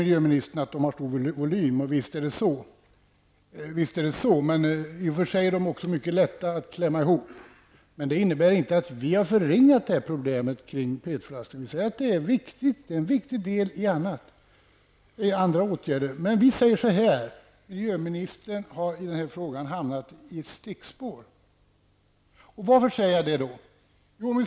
Miljöministern säger att det är fråga om en stor volym, och visst är det så. De är dock mycket lätta att klämma ihop. Vi har inte förringat problemet kring PET-flaskorna. Det är en viktig del i andra åtgärder. Vi tycker att miljöministern i denna fråga har hamnat på ett stickspår. Varför säger jag detta?